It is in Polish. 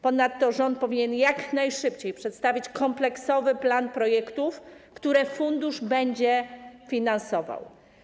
Ponadto rząd powinien jak najszybciej przedstawić kompleksowy plan projektów, które fundusz będzie finansował.